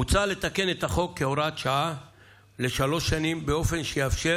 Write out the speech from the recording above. מוצע לתקן את החוק כהוראת שעה לשלוש שנים באופן שיאפשר